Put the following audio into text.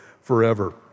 forever